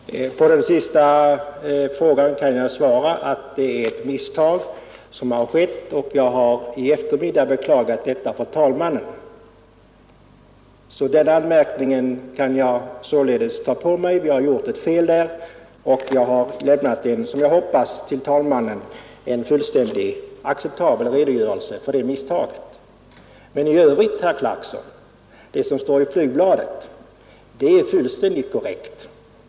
Herr talman! På den sista frågan kan jag svara att det är ett misstag som skett. Jag har i eftermiddag beklagat detta för talmannen. Den anmärkningen kan jag således ta på mig. Vi har gjort ett fel, och jag har lämnat talmannen en, som jag hoppas, fullständigt acceptabel redogörelse för det misstaget. Men i övrigt, herr Clarkson, är det som står i flygbladet fullständigt korrekt.